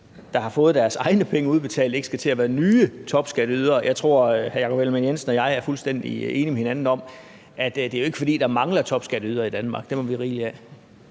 der får deres egne penge udbetalt, ikke skal til at være nye topskatteydere. Jeg tror, at hr. Jakob Ellemann-Jensen og jeg er fuldstændig enige med hinanden om, at det jo ikke er, fordi der mangler topskatteydere i Danmark – dem har vi rigeligt af.